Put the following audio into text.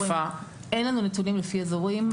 אין לנו נתונים לפי אזורים.